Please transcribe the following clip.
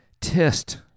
test